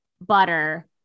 Butter